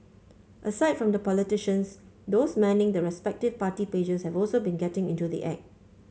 aside from the politicians those manning the respective party pages have also been getting into the act